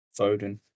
Foden